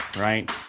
Right